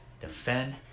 defend